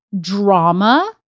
drama